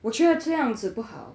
我觉得这样子不好